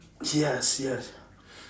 yes yes